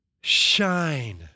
shine